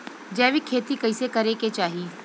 जैविक खेती कइसे करे के चाही?